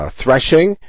threshing